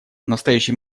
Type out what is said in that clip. настоящий